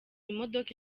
imodoka